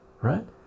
right